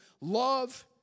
love